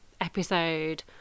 episode